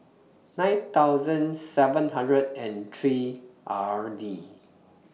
nine thousand seven hundred and three R D